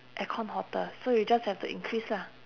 aircon hotter so you just have to increase lah